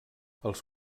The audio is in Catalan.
els